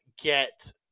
get